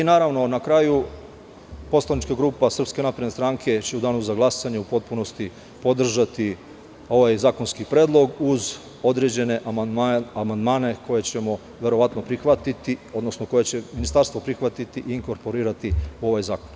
Naravno, na kraju, poslanička grupa SNS će u danu za glasanje u potpunosti podržati ovaj zakonski predlog, uz određene amandmane koje ćemo verovatno prihvatiti, odnosno koje će ministarstvo prihvatiti i inkorporirati u ovaj zakon.